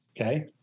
Okay